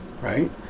right